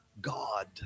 God